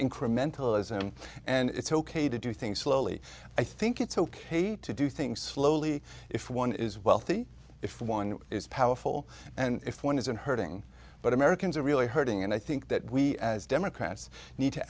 incremental ism and it's ok to do things slowly i think it's ok to do things slowly if one is wealthy if one is powerful and if one isn't hurting but americans are really hurting and i think that we as democrats need to